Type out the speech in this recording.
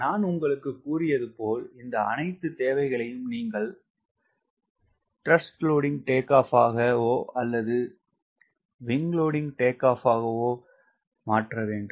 நான் உங்களுக்கு கூறியது போல் இந்த அனைத்து தேவைகளையும் நீங்கள் ஆகவோ அல்லது ஆகவோ மாற்ற வேண்டும்